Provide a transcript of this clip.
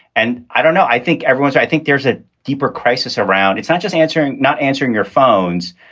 and i don't know. i think everyone i think there's a deeper crisis around. it's not just answering not answering your phones,